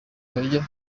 bajya